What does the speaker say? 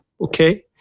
okay